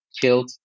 killed